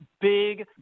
big